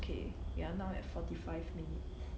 okay we are now at forty five minutes